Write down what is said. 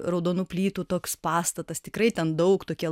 raudonų plytų toks pastatas tikrai ten daug tokie